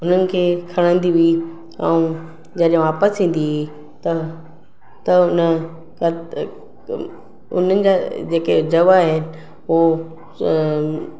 उन्हनि खे खणंदी हुई ऐं जॾहिं वापसि ईंदी हुई त त उन्हनि जा जेके जव आहे हो